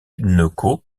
notre